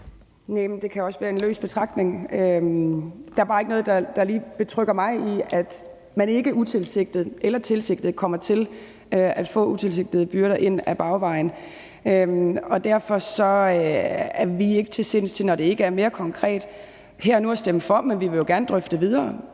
det kan også være en løs betragtning. Der er ikke noget, der lige betrygger mig i, at man ikke utilsigtet eller tilsigtet kommer til at få utilsigtede byrder ind ad bagvejen, og derfor er vi ikke til sinds, når det ikke er mere konkret, her og nu at slippe for. Men vi vil gerne drøfte det